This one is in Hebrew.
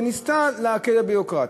וניסתה להקל את הביורוקרטיה.